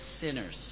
sinners